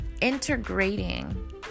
integrating